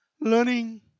Learning